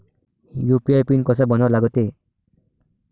UPI PIN कसा बनवा लागते?